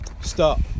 Stop